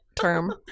term